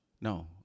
No